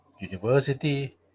University